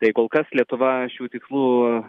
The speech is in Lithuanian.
tai kol kas lietuva šių tikslų